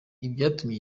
icyatumye